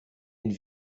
une